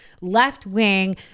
left-wing